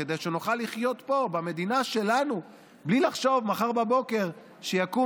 כדי שנוכל לחיות פה במדינה שלנו בלי לחשוב מחר בבוקר שיקום